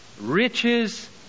riches